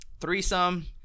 threesome